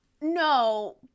No